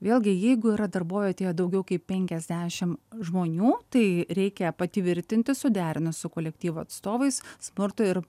vėlgi jeigu yra darbovietėje daugiau kaip penkiasdešim žmonių tai reikia patvirtinti suderinus su kolektyvo atstovais smurto ir